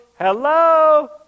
hello